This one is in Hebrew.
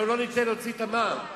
אנחנו לא ניתן להוציא את המע"מ.